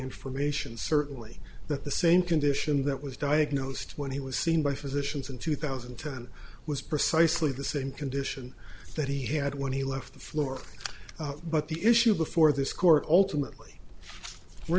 information certainly that the same condition that was diagnosed when he was seen by physicians in two thousand and ten was precisely the same condition that he had when he left the floor but the issue before this court ultimately we're